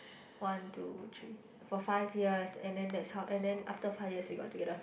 one two three for five years and then that's how and then after five years we got together